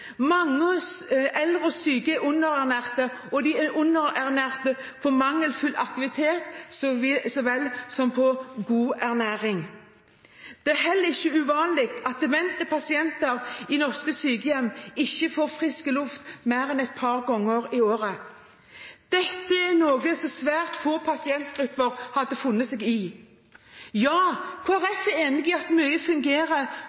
Mange syke eldre er underernærte på meningsfulle aktiviteter så vel som på god ernæring. Det er heller ikke uvanlig at demente pasienter i norske sykehjem ikke får frisk luft mer enn et par ganger i året. Dette er noe som svært få pasientgrupper hadde funnet seg i. Ja, Kristelig Folkeparti er enig i at mye fungerer